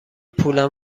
پولم